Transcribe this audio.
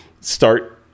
start